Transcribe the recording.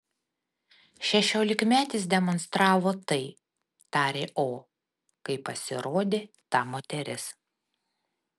šešiolikmetis demonstravo tai tarė o kai pasirodė ta moteris